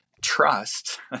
trust